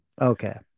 Okay